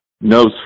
knows